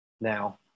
now